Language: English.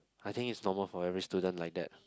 I think is normal for every student like that